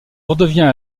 redevient